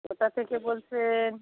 কোথা থেকে বলছেন